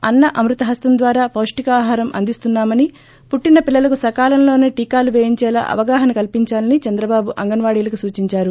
అన్న అమృతహస్తం ద్వారా పాష్టికాహారం అందిస్తున్నామని పుట్టిన పిల్లలకు సకాలంలోనే టీకాలు వేయించేలా అవగాహన కల్పించాలని చంద్రబాబు అంగన్వాడీలకు సూచించారు